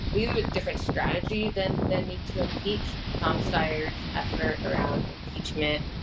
we have a different strategy then then need to impeach, tom steyer's effort around impeachment.